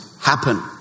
happen